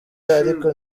ariko